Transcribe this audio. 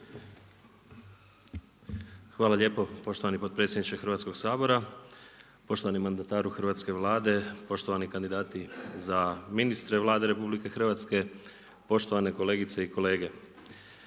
Hvala lijepo poštovani potpredsjedniče Hrvatskoga sabora, poštovani mandataru hrvatske Vlade, poštovani kandidati za ministre Vlade RH, poštovane kolegice i kolege.